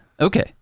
okay